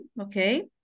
Okay